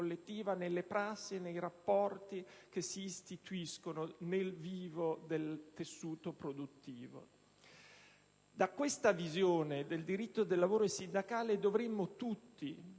nella prassi e nei rapporti che si istituiscono nel vivo del tessuto produttivo. Da questa visione del diritto del lavoro e sindacale dovremmo tutti